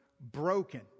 broken